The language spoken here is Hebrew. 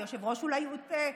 היושב-ראש אולי הוטעה,